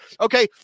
Okay